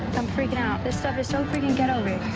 i'm freaking out. this stuff is so freaking ghetto-rigged.